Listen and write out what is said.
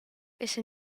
esa